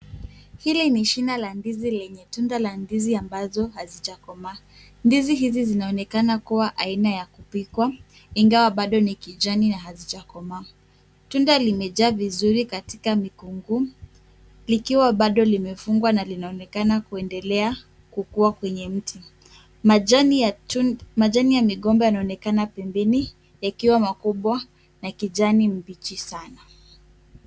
Hili ni shina ya ndizi lenye tunda za ndizi ambazo hazijakomaa. Ndizi hizi zinaonekana kuwa aina ya kupikwa ingawa bado ni kijani na hazijakomaa. Tunda limejaa vizuri katika mikunguu likiwa bado limefungwa na linaonekana kuendelea kukua kwenye mti. Majani ya migomba yanaonekana pembeni yakiwa makubwa na kijani mbichi sana.